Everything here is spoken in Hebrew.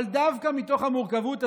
אבל דווקא מתוך המורכבות הזו,